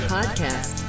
Podcast